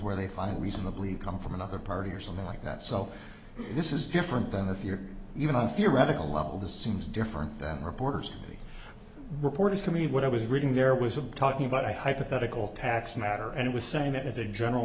where they find reasonably come from another party or something like that so this is different than if you're even if you're reading a lot of the seems different than reporters reported to me what i was reading there was a talking about a hypothetical tax matter and it was saying that as a general